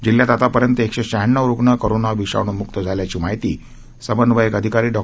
जिल्ह्यात आतापर्यंत एकशे श्यहाण्णव रुग्ण कोरोना विषाणू मुक्त झाल्याची माहिती समन्वयक अधिकारी डॉ